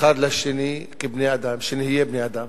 אחד לשני כבני-אדם, שנהיה בני-אדם.